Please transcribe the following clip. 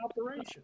operation